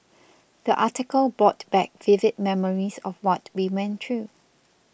the article brought back vivid memories of what we went through